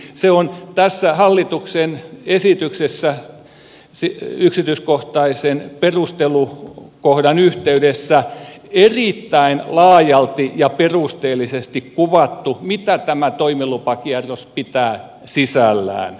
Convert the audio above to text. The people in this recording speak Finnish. se on tässä hallituksen esityksessä yksityiskohtaisten perustelujen kohdan yhteydessä erittäin laajalti ja perusteellisesti kuvattu mitä tämä toimilupakierros pitää sisällään